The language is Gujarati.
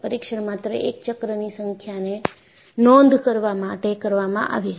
પરીક્ષણ માત્ર એક ચક્રની સંખ્યાને નોંધ કરવા માટે કરવામાં આવી હતી